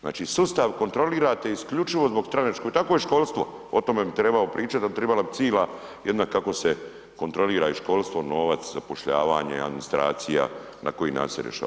Znači sustav kontrolirate isključivo zbog stranačkog, tako i školstvo, o tome bi trebao pričat da bi trebala bi cila jedna kako se kontrolira i školstvo, novac, zapošljavanje, administracija, na koji način se rješava.